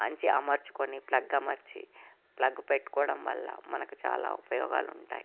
మంచిగా అమర్చుకొని ప్లగ్ అమర్చి ప్లగ్ పెట్టుకోవడం వల్ల మనకు చాలా ఉపయోగాలు ఉంటాయి